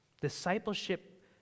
Discipleship